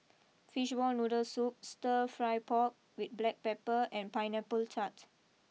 Fishball Noodle Soup Stir Fry Pork with Black Pepper and Pineapple Tart